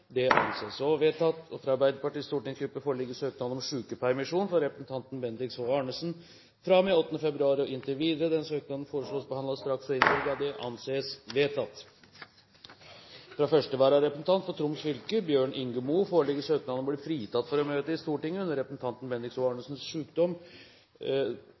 Det anses vedtatt. Fra første vararepresentant for Troms fylke, Bjørn Inge Mo, foreligger søknad om å bli fritatt for å møte i Stortinget under representanten